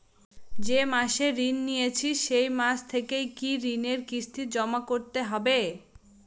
যে মাসে ঋণ নিয়েছি সেই মাস থেকেই কি ঋণের কিস্তি জমা করতে হবে?